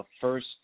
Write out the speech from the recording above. First